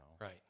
right